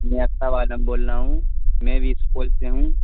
میں بول رہا ہوں میں بھی سپورٹ سے ہوں